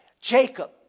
Jacob